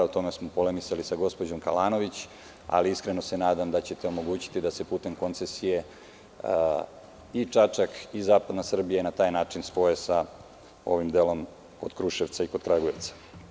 O tome smo polemisali sa gospođom Kalanović, ali iskreno se nadam da ćete omogućiti da se putem koncesije i Čačak i zapadna Srbija na taj način spoje sa ovim delom od Kruševcai kod Kragujevca.